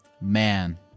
Man